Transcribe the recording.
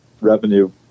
revenue